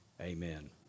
amen